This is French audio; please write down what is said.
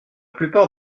plupart